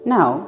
Now